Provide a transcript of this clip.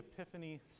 Epiphany